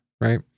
right